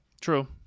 True